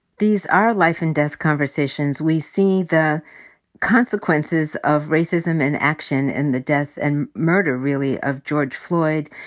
these are life-and-death conversations. we see the consequences of racism in action in the death and murder really of george floyd.